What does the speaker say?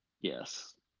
Yes